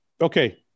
Okay